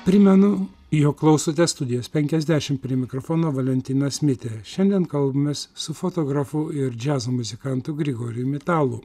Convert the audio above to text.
primenu jog klausote studijos penkiasdešimt prie mikrofono valentinas mitė šiandien kalbamės su fotografu ir džiazo muzikantu grigorium italu